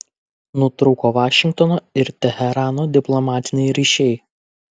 nutrūko vašingtono ir teherano diplomatiniai ryšiai